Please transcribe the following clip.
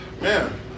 man